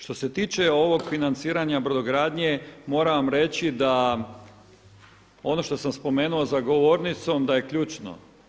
Što se tiče ovog financiranja brodogradnje moram vam reći da ono što sam spomenuo za govornicom, da je ključno.